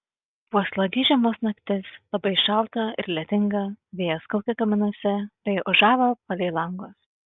buvo slogi žiemos naktis labai šalta ir lietinga vėjas kaukė kaminuose bei ūžavo palei langus